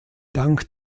dank